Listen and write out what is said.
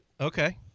Okay